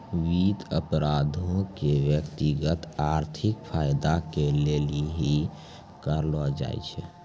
वित्त अपराधो के व्यक्तिगत आर्थिक फायदा के लेली ही करलो जाय छै